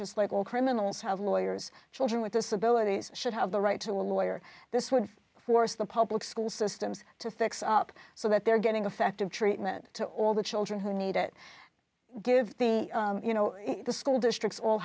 just like all criminals have lawyers children with disabilities should have the right to a lawyer this would force the public school systems to fix up so that they're getting effective treatment to all the children who need it give the you know the school districts all